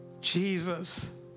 Jesus